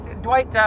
Dwight